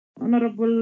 Honorable